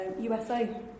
usa